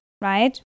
right